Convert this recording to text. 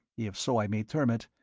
if so i may term it,